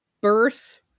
birth